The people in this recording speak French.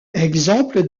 exemple